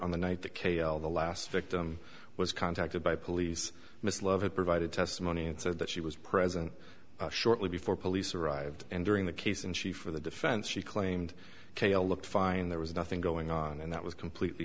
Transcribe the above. on the night that k a l the last victim was contacted by police mrs lovett provided testimony and said that she was present shortly before police arrived and during the case and she for the defense she claimed cayle looked fine there was nothing going on and that was completely